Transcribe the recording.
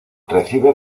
recibe